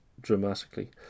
dramatically